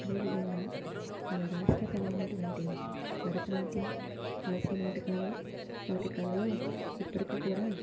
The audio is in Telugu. అదేవిదంగా మన రాష్ట్రకళ అయినటువంటి భరతనాట్యం హాస్యనాటకాలు వాటికలలో ఇప్పటికీ కూడా